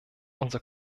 unser